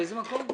באיזה מקום?